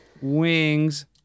wings